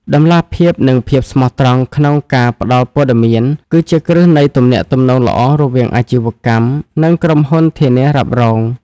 តម្លាភាព និងភាពស្មោះត្រង់ក្នុងការផ្ដល់ព័ត៌មាន គឺជាគ្រឹះនៃទំនាក់ទំនងល្អរវាងអាជីវកម្ម និងក្រុមហ៊ុនធានារ៉ាប់រង។